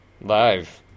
live